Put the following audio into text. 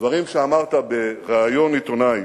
הדברים שאמרת בריאיון עיתונאי